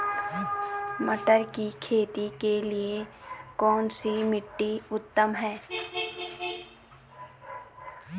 मटर की खेती के लिए कौन सी मिट्टी उत्तम है?